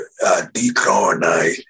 decolonize